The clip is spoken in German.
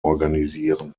organisieren